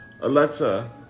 Alexa